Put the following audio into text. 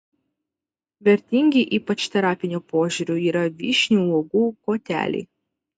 vertingi ypač terapiniu požiūriu yra vyšnių uogų koteliai